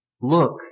Look